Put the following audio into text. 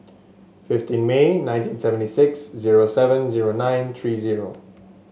fifteen May nineteen seventy six zero seven zero nine three zero